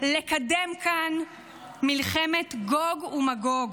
לקדם כאן מלחמת גוג ומגוג,